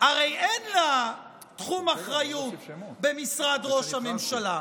הרי אין לה תחום אחריות במשרד ראש הממשלה,